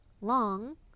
long